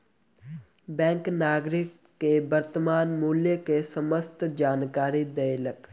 bank नागरिक के वर्त्तमान मूल्य के समस्त जानकारी देलक